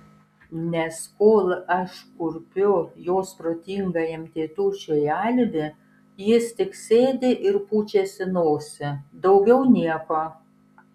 nes kol aš kurpiu jos protingajam tėtušiui alibi jis tik sėdi ir pučiasi nosį daugiau nieko